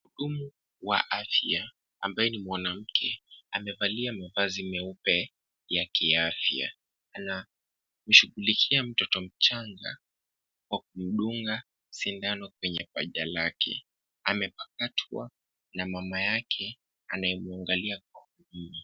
Mhudumu wa afya ambaye ni mwanamke, amevalia mavazi meupe ya kiafya, anamshughulikia mtoto mchanga kwa kumdunga sindano kwenye paja lake. Amepakatwa na mama yake anayemwangalia kwa huruma.